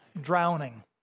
drowning